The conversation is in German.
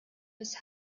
des